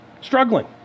Struggling